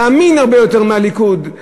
ואמין הרבה יותר מהסכם עם הליכוד,